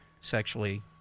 sexually